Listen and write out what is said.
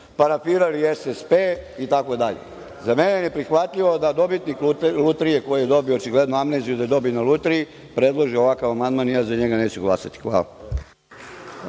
Parafirali su SSP itd.Za mene je neprihvatljivo da dobitnik lutrije, koji je dobio očigledno amneziju da je dobio na lutriji, predloži ovakav amandman i ja za njega neću glasati. Hvala.